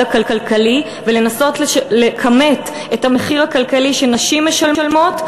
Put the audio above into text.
הכלכלי ולנסות לכמת את המחיר הכלכלי שנשים משלמות,